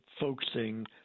focusing